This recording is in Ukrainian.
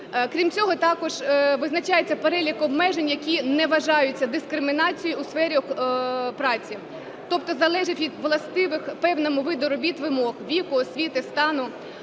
Крім цього, також визначається перелік обмежень, які не вважаються дискримінацією у сфері праці, тобто залежать від властивих певному виду робіт вимог: віку, освіти, статі,